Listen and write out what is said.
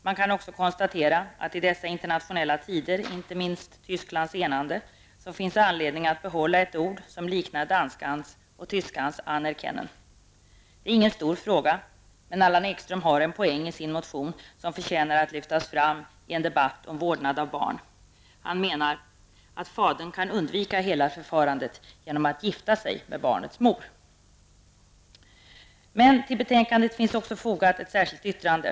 Man kan också konstatera att det i dessa internationella tider, inte minst med tanke på Tysklands enande, finns anledning att behålla ett ord som liknar danskans och tyskans anerkennen. Det är ingen stor fråga, men Allan Ekström har en poäng i sin motion som förtjänar att lyftas fram i en debatt om vårdnad av barn. Han menar att fadern kan undvika hela förfarandet genom att gifta sig med barnets mor. Till betänkandet finns också fogat ett särskilt yttrande.